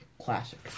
classic